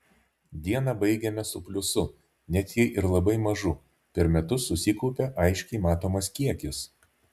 dieną baigiame su pliusu net jei ir labai mažu per metus susikaupia aiškiai matomas kiekis